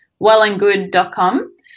wellandgood.com